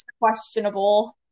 questionable